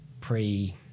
pre